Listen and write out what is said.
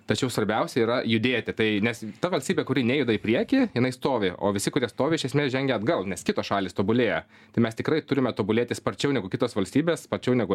tačiau svarbiausia yra judėti tai nes ta valstybė kuri nejuda į priekį jinai stovi o visi kurie stovi iš esmės žengia atgal nes kitos šalys tobulėja tai mes tikrai turime tobulėti sparčiau negu kitos valstybės sparčiau negu